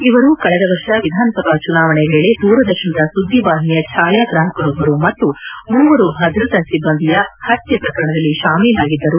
ಇವರು ಕಳೆದ ವರ್ಷ ವಿಧಾನಸಭಾ ಚುನಾವಣೆ ವೇಳೆ ದೂರದರ್ಶನದ ಸುದ್ದಿ ವಾಹಿನಿಯ ಛಾಯಾಗ್ರಾಹಕರೊಬ್ಬರು ಮತ್ತು ಮೂವರು ಭದ್ರತಾ ಸಿಬ್ಬಂದಿಯ ಹತ್ಯೆ ಪ್ರಕರಣದಲ್ಲಿ ಶಾಮೀಲಾಗಿದ್ದರು